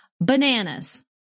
bananas